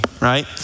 right